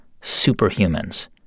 superhumans